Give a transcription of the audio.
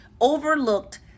overlooked